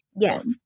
Yes